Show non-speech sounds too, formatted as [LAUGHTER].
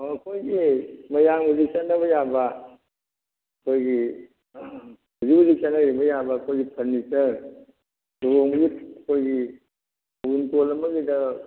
ꯑꯣ ꯑꯩꯈꯣꯏꯒꯤ ꯃꯌꯥꯝꯒꯤ ꯆꯠꯅꯕ ꯌꯥꯕ ꯑꯩꯈꯣꯏꯒꯤ ꯍꯧꯖꯤꯛ ꯍꯧꯖꯤꯛ ꯆꯠꯅꯔꯤꯕ ꯌꯥꯕ ꯑꯩꯈꯣꯏꯒꯤ ꯐꯔꯅꯤꯆꯔ [UNINTELLIGIBLE] ꯑꯩꯈꯣꯏꯒꯤ [UNINTELLIGIBLE]